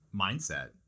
mindset